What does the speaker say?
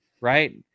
right